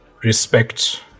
respect